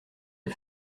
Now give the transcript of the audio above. des